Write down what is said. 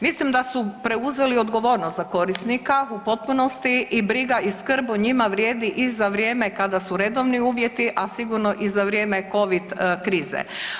Mislim da su preuzeli odgovornost za korisnika u potpunosti i briga i skrb o njima vrijedi i za vrijeme kada su redovni uvjeti, a sigurno i za vrijeme Covid krize.